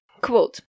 Quote